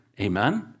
Amen